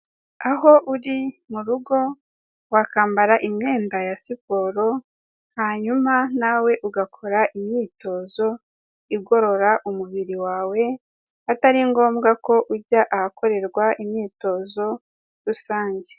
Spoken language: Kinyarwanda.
Aho uri mu rugo wakwambara imyenda ya siporo, hanyuma nawe ugakora imyitozo igorora umubiri wawe atari ngombwa ko ujya ahakorerwa imyitozo rusange.